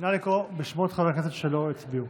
נא לקרוא בשמות חברי הכנסת שלא הצביעו.